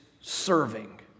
serving